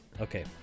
okay